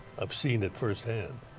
i've seen it firsthand.